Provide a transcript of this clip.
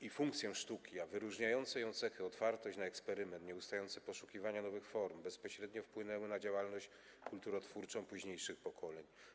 i funkcję sztuki, a wyróżniające ją cechy - otwartość na eksperyment i nieustające poszukiwanie nowych form - bezpośrednio wpłynęły na działalność kulturotwórczą późniejszych pokoleń.